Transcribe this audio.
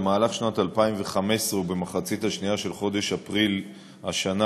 במהלך שנת 2015 ובמחצית השנייה של חודש אפריל השנה,